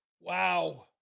Wow